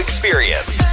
Experience